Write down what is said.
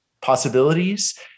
possibilities